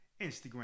Instagram